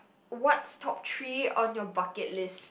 what's top three on your bucket list